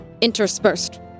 interspersed